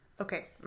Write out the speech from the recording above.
Okay